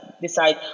decide